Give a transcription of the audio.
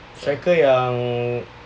striker yang